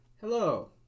Hello